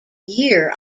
year